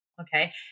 Okay